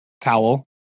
towel